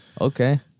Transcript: Okay